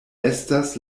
estas